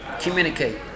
communicate